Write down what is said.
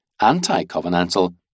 anti-covenantal